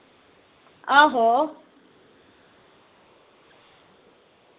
आहो